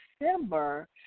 December